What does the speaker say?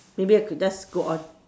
maybe I could just go on